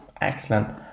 excellent